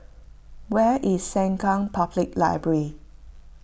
where is Sengkang Public Library